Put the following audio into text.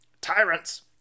Tyrants